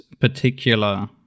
particular